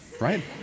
right